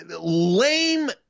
lame